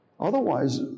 Otherwise